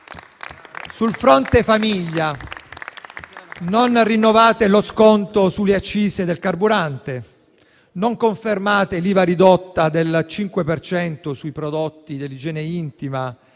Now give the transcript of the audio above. Sul fronte famiglia non rinnovate lo sconto sulle accise del carburante, non confermate l’IVA ridotta del 5 per cento sui prodotti dell’igiene intima e dell’infanzia,